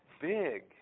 big